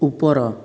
ଉପର